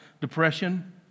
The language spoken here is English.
Depression